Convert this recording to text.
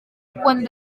quan